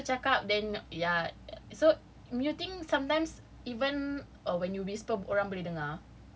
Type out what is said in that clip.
you selalu cakap then ya so muting sometimes even or when you whisper orang boleh dengar